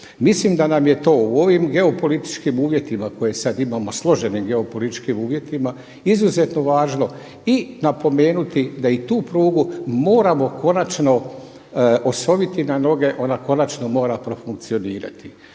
Mislim da nam je to u ovim geopolitičkim uvjetima koje sada imamo složenim geopolitičkim uvjetima izuzetno važno i napomenuti da i tu prugu moramo konačno osoviti na noge, ona mora konačno profunkcionirati.